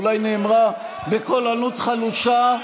או אולי נאמרה בקול ענות חלושה,